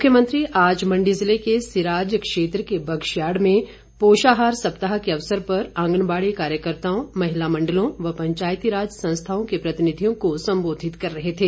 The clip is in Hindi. मुख्यमंत्री आज मंडी ज़िले के सिराज क्षेत्र के बगश्याड़ में पोषाहार सप्ताह के अवसर पर आँगनबाड़ी कार्यकर्ताओं महिला मंडलों व पंचायतीराज संस्थाओं के प्रतिनिधियों को संबोधित कर रहे थे